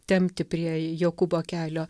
tempti prie jokūbo kelio